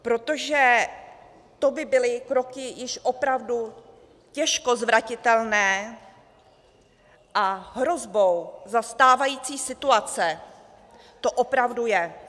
Protože to by byly kroky již opravdu těžko zvratitelné a hrozbou za stávající situace to opravdu je.